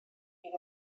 fydd